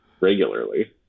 regularly